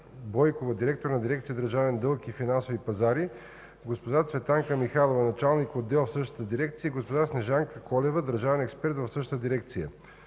Бойкова – директор на дирекция „Държавен дълг и финансови пазари”, госпожа Цветанка Михайлова – началник-отдел в същата дирекция, и госпожа Снежанка Колева – държавен експерт в същата дирекция;